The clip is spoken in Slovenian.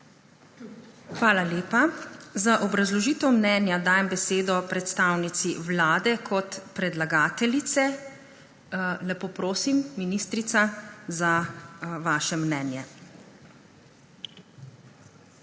Hvala lepa. Za obrazložitev mnenja dajem besedo predstavnici vlade kot predlagateljice. Lepo prosim, ministrica, za vaše mnenje.